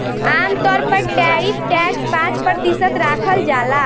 आमतौर पर tariff tax पाँच प्रतिशत राखल जाला